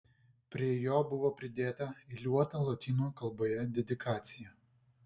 prie jo buvo pridėta eiliuota lotynų kalboje dedikacija